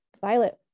Violet